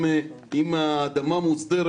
אם האדמה מוסדרת,